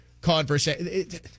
conversation